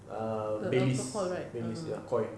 err baileys ya koi